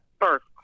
First